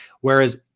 Whereas